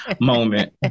moment